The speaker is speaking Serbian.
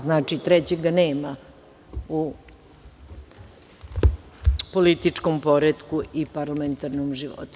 Znači, trećeg nema u političkom poretku i parlamentarnom poretku.